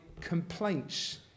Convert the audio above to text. complaints